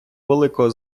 великого